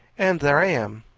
and there i am.